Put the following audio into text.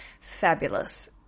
fabulous